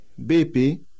BP